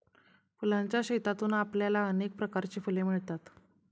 फुलांच्या शेतातून आपल्याला अनेक प्रकारची फुले मिळतील